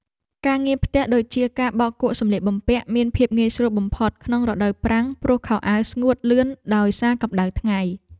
ការងារផ្ទះដូចជាការបោកគក់សម្លៀកបំពាក់មានភាពងាយស្រួលបំផុតក្នុងរដូវប្រាំងព្រោះខោអាវស្ងួតលឿនដោយសារកម្តៅថ្ងៃ។